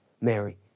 Mary